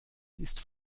ist